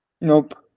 Nope